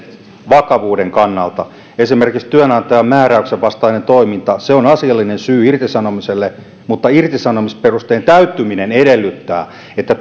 vakavuuden kannalta esimerkiksi työnantajan määräyksen vastainen toiminta on asiallinen syy irtisanomiselle mutta irtisanomisperusteen täyttyminen edellyttää että